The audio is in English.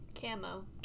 Camo